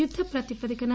యుద్ద ప్రాతిపదికన